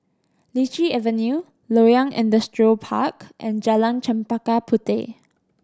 Lichi Avenue Loyang Industrial Park and Jalan Chempaka Puteh